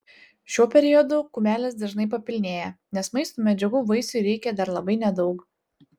šiuo periodu kumelės dažnai papilnėja nes maisto medžiagų vaisiui reikia dar labai nedaug